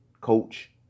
coach